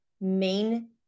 main